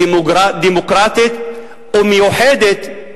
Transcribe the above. דמוקרטית ומיוחדת,